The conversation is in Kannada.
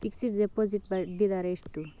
ಫಿಕ್ಸೆಡ್ ಡೆಪೋಸಿಟ್ ಬಡ್ಡಿ ದರ ಎಷ್ಟು?